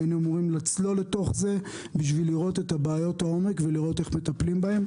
היינו אמורים לצלול לתוך זה כדי לראות את בעיות העומק ואיך מטפלים בהן,